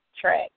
track